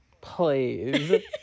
Please